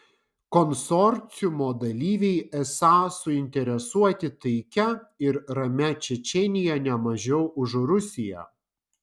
konsorciumo dalyviai esą suinteresuoti taikia ir ramia čečėnija ne mažiau už rusiją